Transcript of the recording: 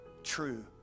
true